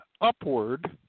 upward